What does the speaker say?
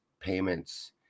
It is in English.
payments